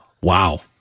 Wow